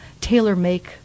tailor-make